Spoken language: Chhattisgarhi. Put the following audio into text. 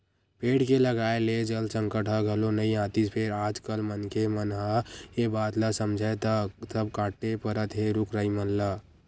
पेड़ के लगाए ले जल संकट ह घलो नइ आतिस फेर आज कल मनखे मन ह ए बात ल समझय त सब कांटे परत हे रुख राई मन ल